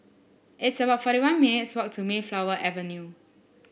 it's about forty one minutes walk to Mayflower Avenue